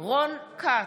רון כץ,